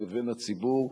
לבין הציבור,